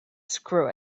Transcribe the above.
screw